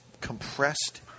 compressed